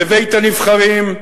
לבית-הנבחרים,